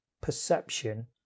perception